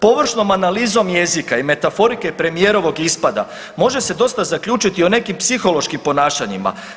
Površnom analizom jezika i metaforike premijerovog ispada može se dosta zaključiti o nekim psihološkim ponašanjima.